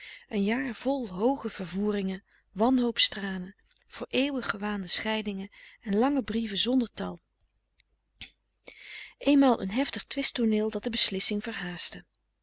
een jaar vol hooge vervoeringen wanhoops tranen voor eeuwig gewaande scheidingen en lange brieven zonder tal eenmaal een heftig twist tooneel dat de beslissing